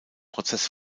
prozess